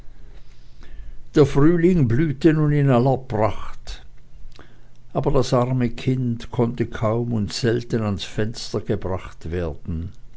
der frühling blühte nun in aller pracht aber das arme kind konnte kaum und selten ans fenster gebracht werden